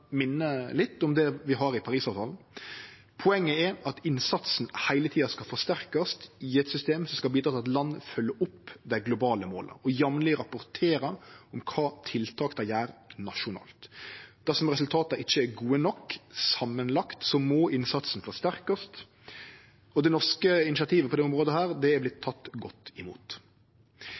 minne litt om det vi har i Parisavtalen. Poenget er at innsatsen heile tida skal forsterkast i eit system som skal bidra til at land følgjer opp dei globale måla, og jamleg rapportere om kva tiltak dei gjer nasjonalt. Dersom resultata ikkje er gode nok samanlagt, må ein forsterke innsatsen. Det norske initiativet på dette området har fått ei god mottaking. Det